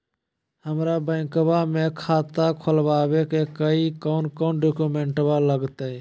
हमरा बैंकवा मे खाता खोलाबे के हई कौन कौन डॉक्यूमेंटवा लगती?